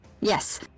Yes